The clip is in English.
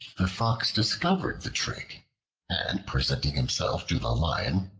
the fox discovered the trick and presenting himself to the lion,